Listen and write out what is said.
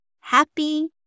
Happy